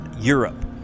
Europe